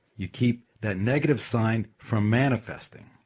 you keep that negative sine from manifesting.